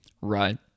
right